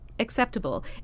acceptable